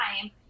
time